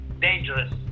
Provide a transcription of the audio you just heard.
dangerous